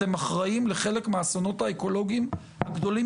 אתם אחראים לחלק מהאסונות האקולוגיים הגדולים